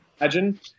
imagine